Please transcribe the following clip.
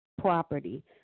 property